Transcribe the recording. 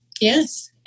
Yes